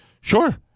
Sure